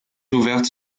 ouvertes